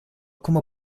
como